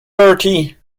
bertie